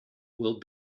will